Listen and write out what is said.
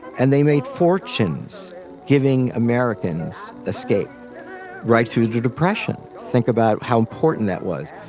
and they made fortunes giving americans escape right through the depression. think about how important that was.